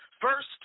First